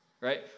right